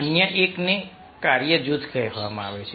અન્ય એકને કાર્ય જૂથ કહેવામાં આવે છે